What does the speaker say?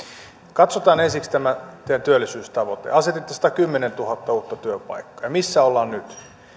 katsotaan ensiksi tämä teidän työllisyystavoitteenne asetitte satakymmentätuhatta uutta työpaikkaa ja missä ollaan nyt